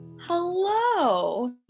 Hello